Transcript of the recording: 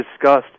discussed